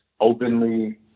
openly